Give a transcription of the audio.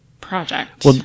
project